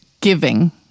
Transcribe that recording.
giving